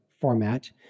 format